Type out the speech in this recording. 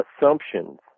assumptions